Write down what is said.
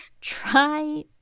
Try